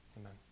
Amen